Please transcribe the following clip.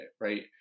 right